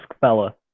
fella